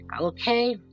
Okay